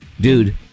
Dude